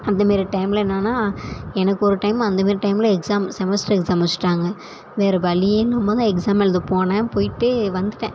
அந்த மாரி டைமில் என்னென்னா எனக்கு ஒரு டைம் அந்த மாரி டைமில் எக்ஸாம் செமஸ்டர் எக்ஸாம் வெச்சிட்டாங்க வேறு வழியே இல்லாமல் தான் எக்ஸாம் எழுத போனேன் போய்ட்டு வந்துவிட்டேன்